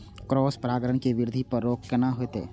Cross परागण के वृद्धि पर रोक केना होयत?